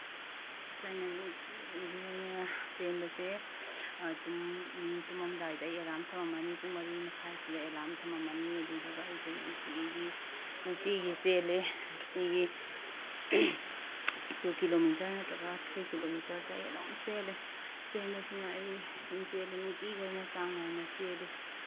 ꯑꯁ ꯑꯩꯅ ꯅꯨꯡꯇꯤꯒꯤ ꯑꯩꯅ ꯆꯦꯟꯕꯁꯦ ꯇꯨꯝꯃꯝꯗꯥꯏꯗ ꯑꯩ ꯑꯦꯂꯥꯝ ꯊꯝꯃꯝꯃꯅꯤ ꯄꯨꯡ ꯃꯔꯤ ꯃꯈꯥꯏꯁꯤꯗ ꯑꯦꯂꯥꯝ ꯊꯃꯝꯃꯅꯤ ꯑꯗꯨꯏꯗꯨꯒ ꯑꯩꯁꯦ ꯅꯨꯡꯇꯤꯒꯤ ꯅꯨꯡꯇꯤꯒꯤ ꯆꯦꯜꯂꯦ ꯅꯨꯡꯇꯤꯒꯤ ꯇꯨ ꯀꯤꯂꯣꯃꯤꯇꯔ ꯅꯠꯇ꯭ꯔꯒ ꯊ꯭ꯔꯤ ꯀꯤꯂꯣꯃꯤꯇꯔꯁꯦ ꯑꯩ ꯑꯗꯨꯝ ꯆꯦꯜꯂꯦ ꯆꯦꯟꯕꯁꯤꯅ ꯑꯩ ꯑꯗꯨꯝ ꯁꯨꯝ ꯆꯦꯜꯂꯦ ꯅꯨꯡꯇꯤꯒꯤ ꯑꯣꯏꯅ ꯆꯥꯡ ꯅꯥꯏꯅ ꯆꯦꯜꯂꯤ